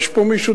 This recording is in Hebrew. יש פה מישהו,